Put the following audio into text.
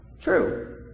True